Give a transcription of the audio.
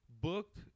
booked